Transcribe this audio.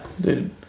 Dude